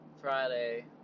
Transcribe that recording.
Friday